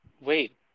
wait